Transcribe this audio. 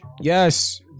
Yes